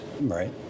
right